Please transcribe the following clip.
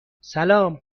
سلام